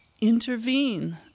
intervene